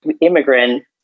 immigrant